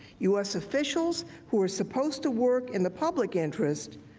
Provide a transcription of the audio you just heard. u s. officials, who are supposed to work in the public interest,